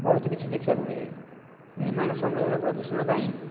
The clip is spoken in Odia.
ବହୁତ କିଛି ଦେଖିବାକୁ ମିଳେ ନିର୍ମାଣ ସଂଗବେଳ ପ୍ରଦୂଷଣ ପାଇଁ